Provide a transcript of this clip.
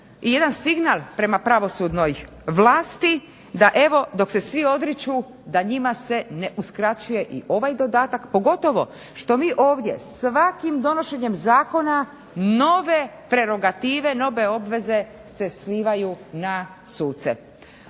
i jedan signal prema pravosudnoj vlasti da evo dok se svi odriču da njima se ne uskraćuje i ovaj dodatak pogotovo što mi ovdje svakim donošenjem zakona nove prerogative, nove obveze se slivaju na suce.